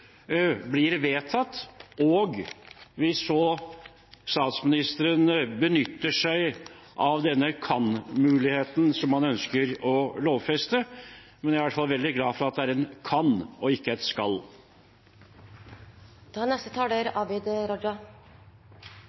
blir vedtatt, og hvis statsministeren benytter seg av denne kan-muligheten som man ønsker å lovfeste. Men jeg er i hvert fall veldig glad for at det er et «kan» og ikke et